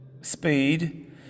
speed